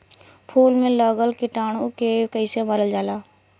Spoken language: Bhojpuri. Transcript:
फूल में लगल कीटाणु के कैसे मारल जाला?